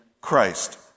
Christ